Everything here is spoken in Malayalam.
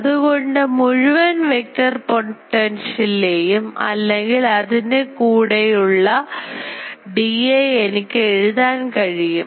അതുകൊണ്ട്മുഴുവൻ വെക്ടർ പൊട്ടൻഷ്യൽലേയും അല്ലെങ്കിൽ ഇതിനെ കൂടെയും dA എനിക്ക് എഴുതാൻ കഴിയും